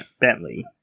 Bentley